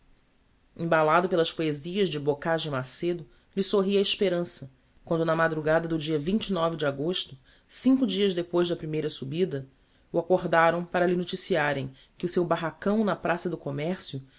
embalado pelas poesias de bocage e macedo lhe sorria a esperança quando na madrugada do dia de agosto cinco dias depois da primeira subida o acordaram para lhe noticiarem que o seu barracão na praça do commercio